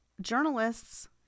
journalists